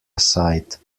aside